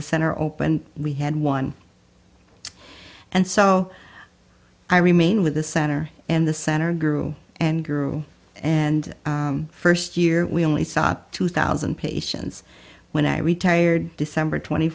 the center opened we had one and so i remain with the center and the center grew and grew and first year we only saw two thousand patients when i retired december twenty